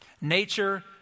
Nature